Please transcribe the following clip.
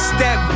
Step